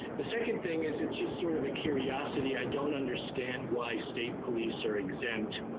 the second thing is it's just sort of and curiosity. i don't understand why state police are exempt.